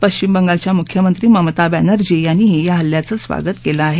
पश्चिम बंगालच्या मुख्यमंत्री ममता बॅनर्जी यांनी या हल्ल्याचं स्वागत केलं आहे